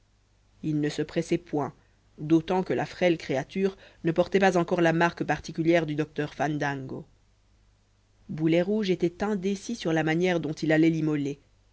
ils ne se pressaient point d'autant que la frêle créature ne portait pas encore la marque particulière du docteur fandango boulet rouge était indécis sur la manière dont il allait l'immoler